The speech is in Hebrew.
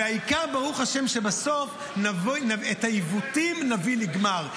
והעיקר, ברוך השם, שבסוף את העיוותים נביא לגמר.